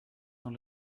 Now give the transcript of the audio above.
dans